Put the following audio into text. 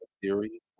theory